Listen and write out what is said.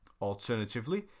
Alternatively